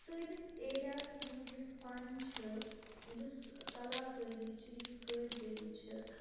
سٲنِس ایریا ہَس منٛز یُس فَن چھِ یُس کَلاکٲری چھِ یُس کٲرگٔری چھِ